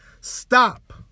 stop